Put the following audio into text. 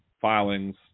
filings